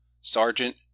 Sergeant